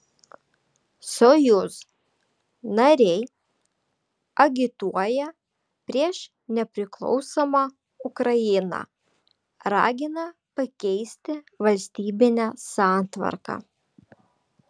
sojuz nariai agituoja prieš nepriklausomą ukrainą ragina pakeisti valstybinę santvarką